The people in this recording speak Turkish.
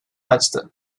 açtı